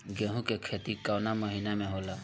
गेहूँ के खेती कवना महीना में होला?